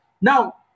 Now